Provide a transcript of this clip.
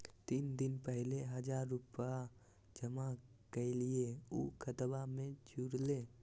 तीन दिन पहले हजार रूपा जमा कैलिये, ऊ खतबा में जुरले?